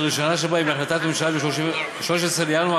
שהראשונה שבהן היא החלטת ממשלה מיום 13 בינואר